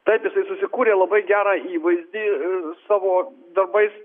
taip jisai susikūrė labai gerą įvaizdį savo darbais